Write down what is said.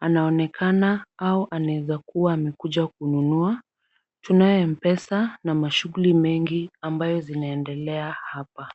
Anaonekana au anaweza kuwa amekuja kununua. Tunayo M-Pesa na mashughuli mengi ambayo zinaendelea hapa.